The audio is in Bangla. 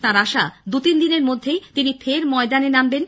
তাঁর আশা দুতিনদিনের মধ্যেই তিনি ফের ময়দানে নামবেন